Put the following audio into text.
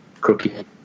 crooked